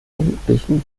jugendlichen